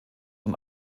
und